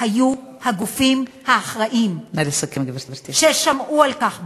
היו הגופים האחראים ששמעו על כך ביולי,